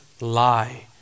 lie